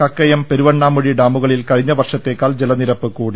കക്കയം പെരുവണ്ണാമുഴി ഡാമുകളിൽ കഴിഞ്ഞ വർഷത്തേക്കാൾ ജലനിരപ്പ് കൂടി